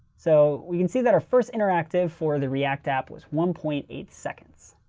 so we can see that our first interactive for the react app was one point eight seconds.